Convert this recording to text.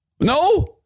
No